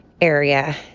area